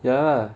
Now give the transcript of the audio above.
ya ah